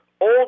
old